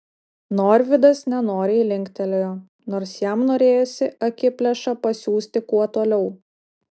norvydas nenoriai linktelėjo nors jam norėjosi akiplėšą pasiųsti kuo toliau